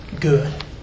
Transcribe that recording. good